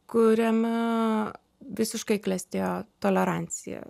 kuriame visiškai klestėjo tolerancija